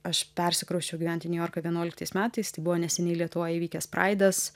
aš persikrausčiau gyvent į niujorką vienuoliktais metais tai buvo neseniai lietuvoj įvykęs praidas